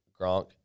Gronk